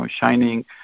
shining